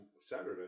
Saturday